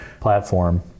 platform